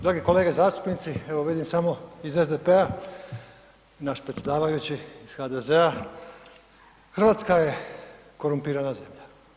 Dragi kolege zastupnici, evo vidim samo iz SDP-a a naš predsjedavajući iz HDZ-a, Hrvatska je korumpirana zemlja.